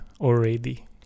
already